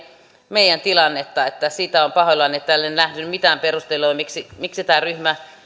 meidän tilannettamme niin että siitä olen pahoillani en ole nähnyt mitään perustelua miksi tämä ryhmä